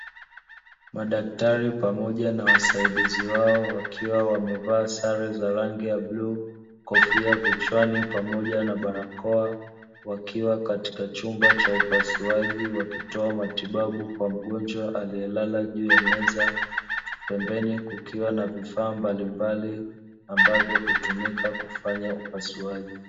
Madaktari pamoja na wasidizi wao wakiwa wamevaa sare za rangi ya bluu kofia vichwani, pamoja na barakoa wakiwa katika chumba cha upasuaji wakitoa matibabu kwa mgonjwa aliyelala juu ya meza, pembeni kukiwa na vifaa mbalimbali ambavyo hutumika kufanya upasuaji.